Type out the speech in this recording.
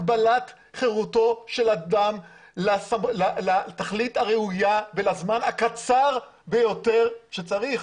הגבלת חירותו של אדם לתכלית הראויה ולזמן הקצר ביותר שצריך.